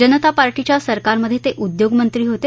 जनता पार्टीच्या सरकारमधे ते उद्योग मंत्री होते